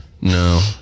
No